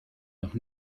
noch